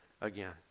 again